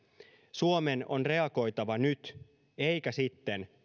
suomen on reagoitava nyt eikä sitten